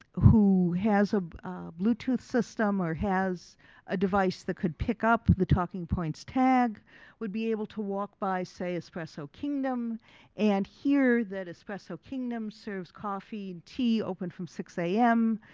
who has a bluetooth system or has a device that could pick up the talking points tag would be able to walk by say espresso kingdom and hear that espresso kingdom serves coffee and tea open from six a m.